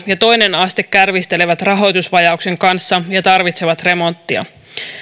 ja toinen aste kärvistelevät rahoitusvajauksen kanssa ja tarvitsevat remonttia